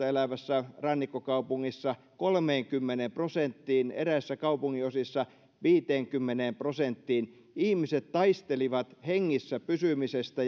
elävässä rannikkokaupungissa kolmeenkymmeneen prosenttiin eräissä kaupunginosissa viiteenkymmeneen prosenttiin ihmiset taistelivat hengissä pysymisestä